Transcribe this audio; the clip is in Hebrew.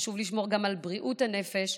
חשוב לשמור גם על בריאות הנפש,